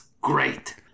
great